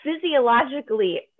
physiologically